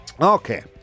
Okay